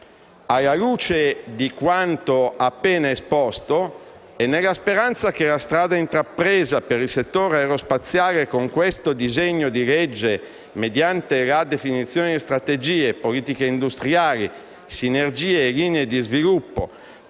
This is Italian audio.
Alla luce di quanto appena esposto e nella speranza che il percorso intrapreso per il settore aerospaziale con questo disegno di legge, mediante la definizione di strategie, politiche industriali, sinergie e linee di sviluppo,